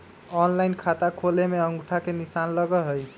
Online खाता खोले में अंगूठा के निशान लगहई?